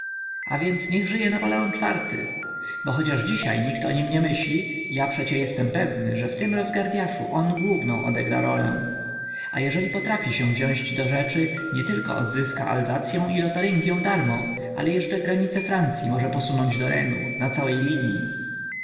a więc niech żyje napoleon iv-ty bo chociaż dzisiaj nikt o nim nie myśli ja przecie jestem pewny że w tym rozgardyaszu on główną odegra rolę a jeżeli potrafi się wziąć do rzeczy to nietylko odzyska alzacyą i lotaryngią darmo ale jeszcze granice francyi może posunąć do renu na całej linii